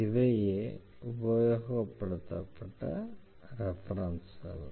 இவையே உபயோகப்படுத்தப்பட்ட ரெஃபரென்ஸ்களை